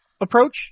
approach